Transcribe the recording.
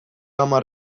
hamar